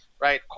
right